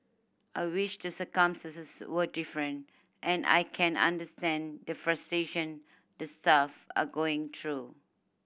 I wish the circumstance were different and I can understand the frustration the staff are going through